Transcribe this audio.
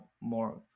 more